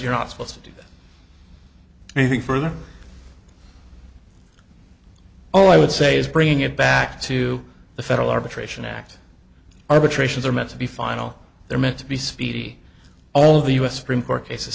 you're not supposed to do anything for them oh i would say is bringing it back to the federal arbitration act arbitrations are meant to be final they're meant to be speedy all the u s supreme court cases